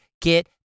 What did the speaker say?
get